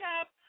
up